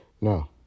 No